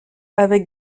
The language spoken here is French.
avec